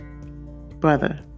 brother